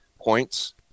points